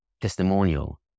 testimonial